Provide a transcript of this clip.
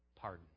pardon